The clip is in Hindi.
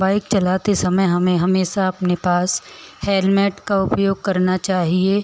बाइक चलाते समय हमें हमेशा अपने पास हेलमेट का उपयोग करना चाहिए